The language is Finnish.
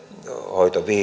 hoito